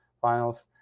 finals